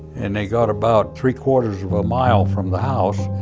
and they got about three-quarters of a mile from the house,